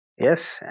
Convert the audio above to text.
Yes